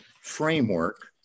framework